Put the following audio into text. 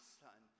son